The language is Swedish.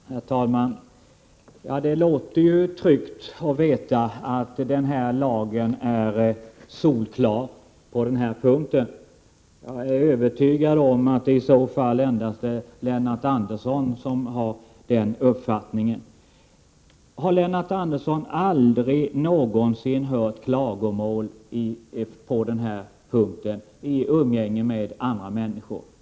Herr talman! Det låter som om man tryggt kan utgå från att lagen är solklar 23 november 1988 på denna punkt. Men jag är övertygad om att det endast är Lennart. mm oroar Andersson som har den uppfattningen. Har Lennart Andersson aldrig någonsin i umgänget med andra människor hört klagomål på den här punkten?